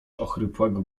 ochrypłego